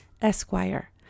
Esquire